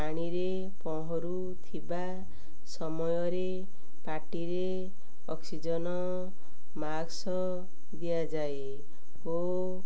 ପାଣିରେ ପହଁରୁ ଥିବା ସମୟରେ ପାଟିରେ ଅକ୍ସିଜେନ୍ ମାକ୍ସ ଦିଆଯାଏ ଓ